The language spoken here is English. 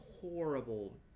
horrible